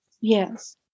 Yes